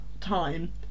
time